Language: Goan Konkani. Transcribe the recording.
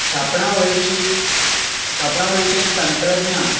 छापणावळीचें तंत्रज्ञान